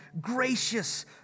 gracious